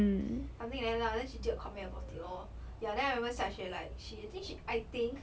something like that lah then she did a comment about it lor ya then I remember xia xue like she I think she I think